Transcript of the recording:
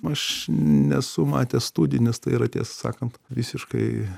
aš nesu matęs studijų nes tai yra tiesą sakant visiškai